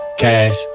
cash